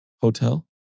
hotel